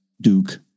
Duke